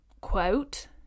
quote